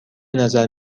نظر